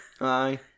Aye